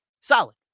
Solid